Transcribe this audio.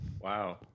wow